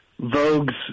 Vogue's